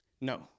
No